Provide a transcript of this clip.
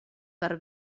per